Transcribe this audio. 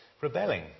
rebelling